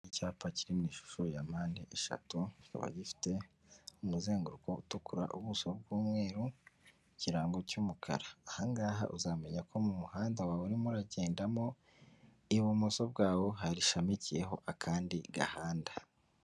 Icyapa kiri mu ishusho ya mpande eshatu kikaba gifite umuzenguruko utukura, ubuso bw'umweru, ikirango cy'umukara. Aha ngaha uzamenya ko mu muhanda wawe urimo uragendamo ibumoso bwawo hashamikiyeho akandi gahanda.